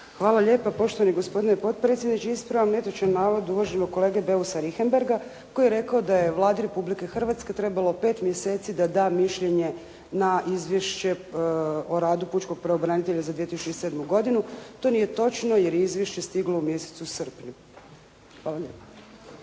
Hvala lijepa. Poštovani gospodine potpredsjedniče ispravljam netočan navod uvaženog kolege Beusa Richembergha koji je rekao da je Vladi Republike Hrvatske trebalo pet mjeseci da da mišljenje na Izvješće o radu pučkog pravobranitelja za 2007. godinu. To nije točno, jer je izvješće stiglo u mjesecu srpnju. Hvala lijepa.